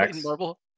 Marvel